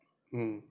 mm